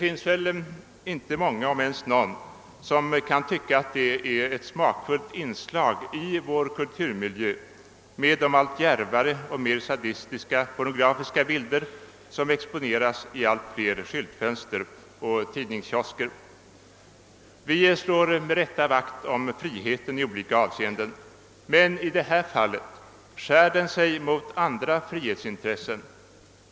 Inte många, om ens någon, kan väl tycka att de allt djärvare och alltmer sadistiska pornografiska bilder som exponeras i allt fler skyltfönster och tidningskiosker är ett smakfullt inslag i vår kulturmiljö. Vi slår med rätta vakt om friheten i alla avseenden, men i detta fall skär den sig emot andra frihetsintressen.